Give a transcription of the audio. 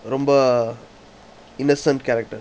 ரொம்ப:romba innocent character